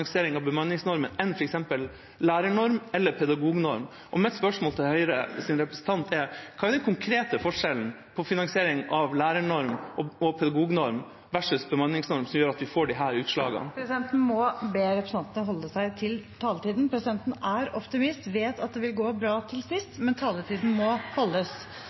av bemanningsnormen enn f.eks. lærernorm eller pedagognorm. Mitt spørsmål til Høyres representant er: Hva er den konkrete forskjellen på finansiering av lærernorm og pedagognorm versus bemanningsnorm som gjør at vi får disse utslagene? Presidenten må be representantene holde seg til taletiden. Presidenten er optimist og vet at det vil gå bra til sist, men taletiden må holdes.